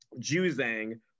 Juzang